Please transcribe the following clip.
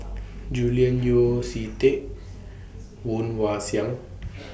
Julian Yeo See Teck Woon Wah Siang